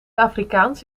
afrikaans